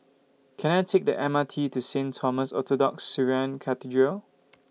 Can I Take The M R T to Saint Thomas Orthodox Syrian Cathedral